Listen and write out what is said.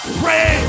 pray